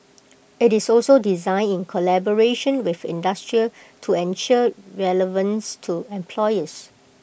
IT is also designed in collaboration with industry to ensure relevance to employers